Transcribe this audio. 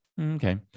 Okay